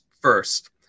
first